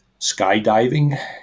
skydiving